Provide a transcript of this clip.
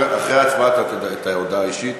אחרי ההצבעה, הודעה אישית.